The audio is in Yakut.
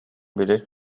били